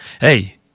Hey